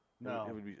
No